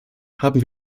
haben